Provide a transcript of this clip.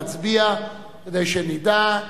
להצביע, כדי שנדע.